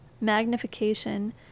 magnification